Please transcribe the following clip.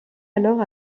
alors